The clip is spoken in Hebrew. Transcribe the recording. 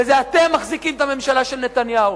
ובזה אתם מחזיקים את הממשלה של נתניהו.